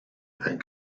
and